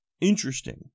interesting